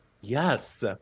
Yes